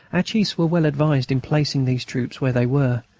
our chiefs were well advised in placing these troops where they were,